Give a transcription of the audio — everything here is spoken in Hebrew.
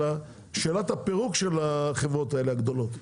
אלא שאלת הפירוק של החברות האלה הגדולות.